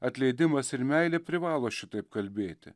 atleidimas ir meilė privalo šitaip kalbėti